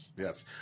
Yes